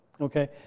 okay